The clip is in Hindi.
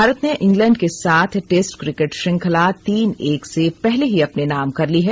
भारत ने इंग्लैंड के साथ टेस्ट क्रिकेट श्रृंखला तीन एक से पहले ही अपने नाम कर ली है